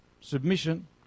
submission